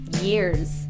years